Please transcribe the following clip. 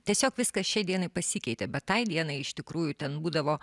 tiesiog viskas šiai dienai pasikeitė bet tai dienai iš tikrųjų ten būdavo